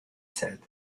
said